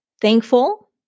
Thankful